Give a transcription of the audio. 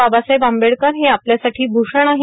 बाबासाहेब आंबेडकर हे आपल्यासाठी भूषण आहे